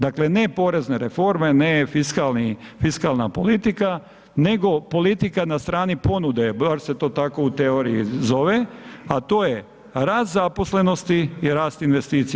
Dakle, ne porezne reforme, ne fiskalna politika, nego politika na strani ponude bar se to tako u teoriji zove, a to je rast zaposlenosti i rast investicija.